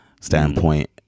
standpoint